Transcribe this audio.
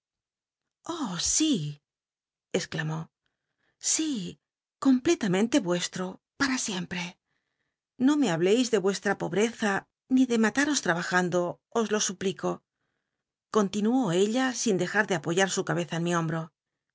sí exclamó sí eomplelamente vuestro p u a siempre no me hableis de vueslla po breza ni de mataros trabajando os lo suplico continuó ella sin dejar de apoyar su cabeza en mi hombro